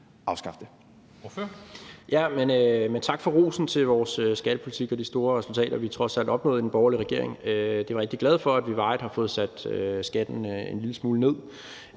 Tak for rosen for vores skattepolitik og de store resultater, vi trods alt opnåede i den borgerlige regering. Vi er rigtig glade for, at vi varigt har fået sat skatten en lille smule ned.